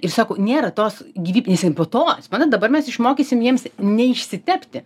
ir sako nėra tos gyvyb nes jiem po to suprantat dabar mes išmokysim jiems neišsitepti